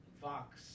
Fox